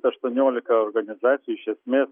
aštuoniolika organizacijų iš esmės